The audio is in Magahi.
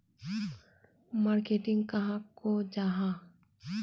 मार्केटिंग कहाक को जाहा?